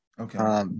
Okay